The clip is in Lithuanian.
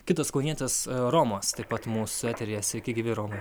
kitas kaunietis romas taip pat mūsų eteryje sveiki gyvi romai